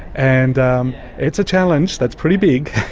and it's a challenge that's pretty big,